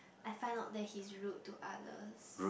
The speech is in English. I find out that he's rude to others